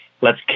lets